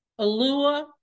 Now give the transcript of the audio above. Alua